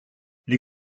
les